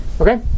Okay